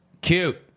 Cute